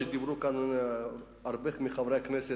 שדיברו עליו הרבה מחברי הכנסת,